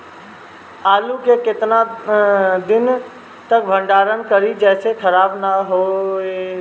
आलू के केतना दिन तक भंडारण करी जेसे खराब होएला?